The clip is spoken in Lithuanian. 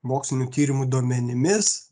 mokslinių tyrimų duomenimis